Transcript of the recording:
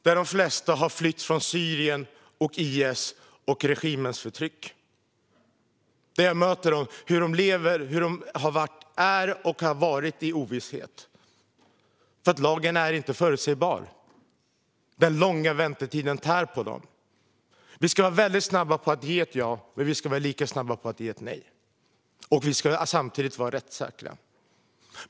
De flesta har flytt från Syrien, IS och regimens förtryck. Jag möter dem och får höra om hur de är i och har varit i ovisshet eftersom lagen inte är förutsägbar. Den långa väntetiden tär på dem. Vi ska vara väldigt snabba med att ge ett ja, men vi ska vara lika snabba med att ge ett nej. Och vi ska samtidigt vara rättssäkra.